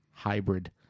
hybrid